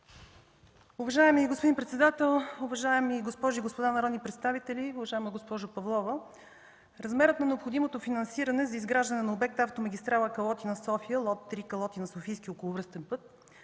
Уважаеми господин председател, уважаеми госпожи и господа народни представители, уважаема госпожо Павлова! Размерът на необходимото финансиране за Изграждане на обект „Автомагистрала „Калотина – София”, лот 3 Калотина – Софийски околовръстен път,